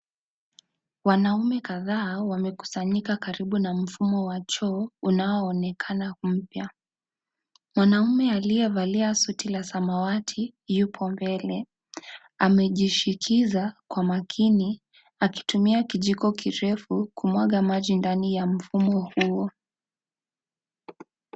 Wanaume kadhaa wamekusanyika karibu na mfumo wa choo unaoonekana mpya. Mwanamme aliyevalia suti la samawati yupo mbele. Amejishikiza kwa makini akitumia kijiko kirefu kumwaga maji ndani ay mfumo huo.